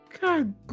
God